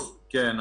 כן.